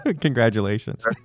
Congratulations